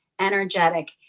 energetic